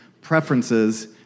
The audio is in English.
preferences